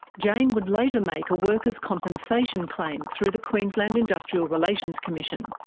jane would later make a workers' compensation claim through the queensland industrial relations commission.